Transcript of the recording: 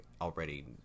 already